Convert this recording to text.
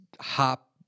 hop